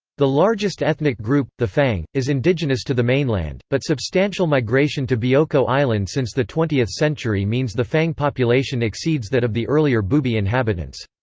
the largest ethnic group, the fang, is indigenous to the mainland, but substantial migration to bioko island since the twentieth century means the fang population exceeds that of the earlier bubi inhabitants.